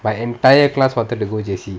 my entire class wanted to go J_C